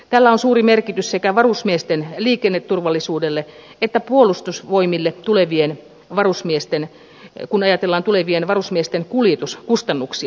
tällä on suuri merkitys sekä varusmiesten liikenneturvallisuudelle että sille kun ajatellaan tulevien varusmiesten kuljetuskustannuksia